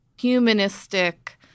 humanistic